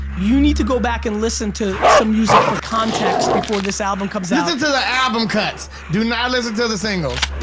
you need to go back and listen to some music for context before this album comes out. listen to the album cuts, do not listen to the singles.